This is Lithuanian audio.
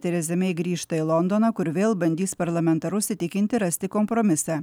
tereza mei grįžta į londoną kur vėl bandys parlamentarus įtikinti rasti kompromisą